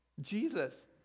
Jesus